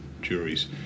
juries